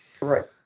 right